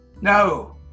No